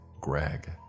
Greg